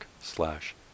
slash